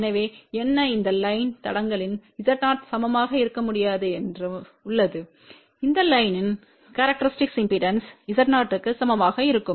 எனவே என்ன இந்த லைன் தடங்கலின் Z0 சமமாக இருக்க முடியாது உள்ளது இந்த லைன்யின் கேரக்டரிஸ்டிக் இம்பெடன்ஸ் Z0க்கு சமமாக இருக்கும்